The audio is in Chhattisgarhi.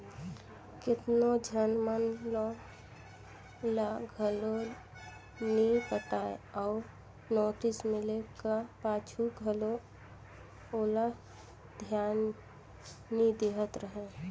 केतनो झन मन लोन ल घलो नी पटाय अउ नोटिस मिले का पाछू घलो ओला धियान नी देहत रहें